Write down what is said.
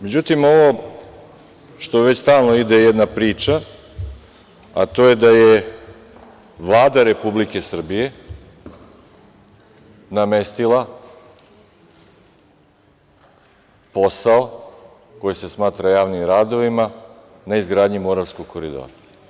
Međutim, ovo što stalno ide jedna priča, a to je da je Vlada Republike Srbije namestila posao koji se smatra javnim radovima na izgradnji Moravskog koridora.